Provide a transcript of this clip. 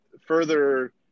further